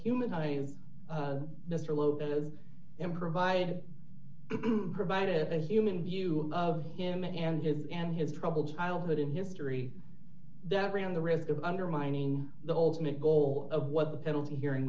eye mr lopez and provided provided a human view of him and his and his troubled childhood in history that ran the risk of undermining the ultimate goal of what the penalty hearing